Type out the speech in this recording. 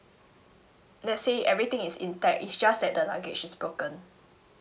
let's say everything is intact it's just that the luggage is broken